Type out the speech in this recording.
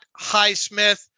Highsmith